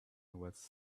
was